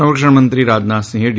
સંરક્ષણમંત્રી રાજનાથસિંહે ડી